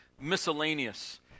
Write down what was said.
miscellaneous